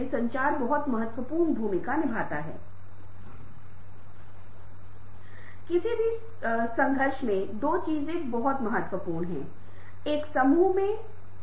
और हमारे पास मूक विद्वानों की एक टीम है जो छात्र हमारे साथ काम कर चुके हैं और आपने उन्हें चर्चा के मंच पर देखा होगा जो आपके सवालों का जवाब देंगे आपके साथ विचार साझा करेंगे और आपके सर्वेक्षणों का विश्लेषण करेंगे इत्यादि